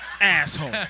asshole